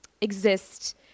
exist